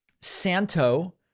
Santo